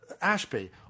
Ashby